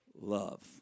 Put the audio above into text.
Love